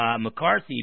McCarthy